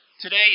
today